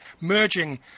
merging